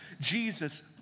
Jesus